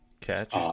Catch